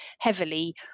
heavily